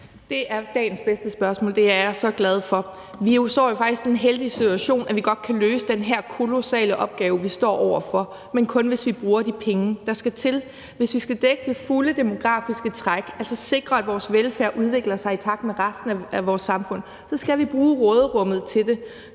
Det er dagens bedste spørgsmål, og det er jeg så glad for. Vi står jo faktisk i den heldige situation, at vi godt kan løse den her kolossale opgave, vi står over for, men kun hvis vi bruger de penge, der skal til. Hvis vi skal dække det fulde demografiske træk, altså sikre, at vores velfærd udvikler sig i takt med resten af vores samfund, skal vi bruge råderummet til det.